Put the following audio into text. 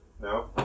no